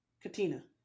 Katina